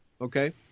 Okay